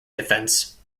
defence